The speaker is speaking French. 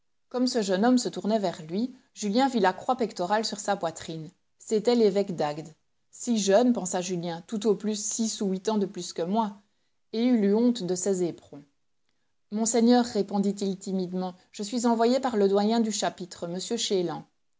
comme ce jeune homme se tournait vers lui julien vit la croix pectorale sur sa poitrine c'était l'évêque d'agde si jeune pensa julien tout au plus six ou huit ans de plus que moi et il eut honte de ses éperons monseigneur répondit-il timidement je suis envoyé par le doyen du chapitre m chélan